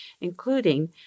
including